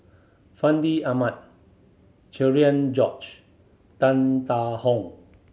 Fandi Ahmad Cherian George Tan Tarn How